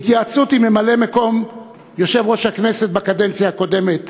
בהתייעצות עם ממלא-מקום יושב-ראש הכנסת בקדנציה הקודמת